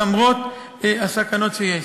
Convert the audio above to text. למרות הסכנות שיש.